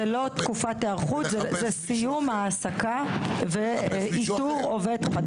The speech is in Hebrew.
זאת לא תקופת היערכות אלא סיום העסקה ואיתור עובד חדש.